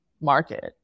market